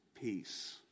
peace